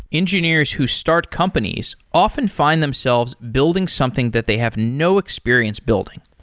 engineers who start companies often find themselves building something that they have no experience building,